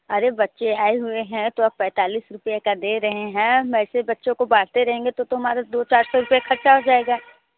अरे बच्चे आए हुए हैं तो अब पैंतालीस रुपये का दे रहें हैं वैसे बच्चों को बांटते रहेंगे तो तो हमारा दो चार सौ रुपये ख़र्च हो जाएगा